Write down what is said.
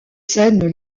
scènes